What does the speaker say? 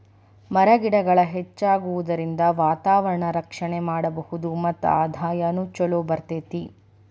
ಮರ ಗಿಡಗಳ ಹೆಚ್ಚಾಗುದರಿಂದ ವಾತಾವರಣಾನ ರಕ್ಷಣೆ ಮಾಡಬಹುದು ಮತ್ತ ಆದಾಯಾನು ಚುಲೊ ಬರತತಿ